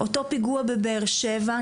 אותו פיגוע בבאר שבע,